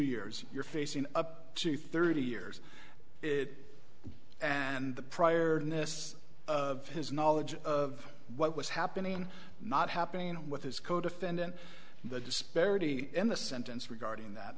years you're facing up to thirty years and the prior notice of his knowledge of what was happening not happening with his codefendant the disparity in the sentence regarding that